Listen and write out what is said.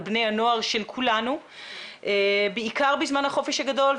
בני הנוער של כולנו בעיקר בזמן החופש הגדול,